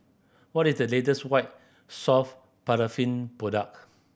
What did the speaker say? what is the latest White Soft Paraffin product